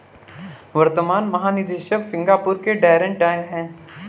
वर्तमान महानिदेशक सिंगापुर के डैरेन टैंग हैं